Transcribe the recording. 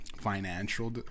financial